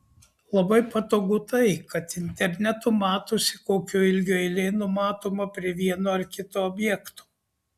labai patogu tai kad internetu matosi kokio ilgio eilė numatoma prie vieno ar kito objekto